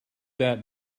that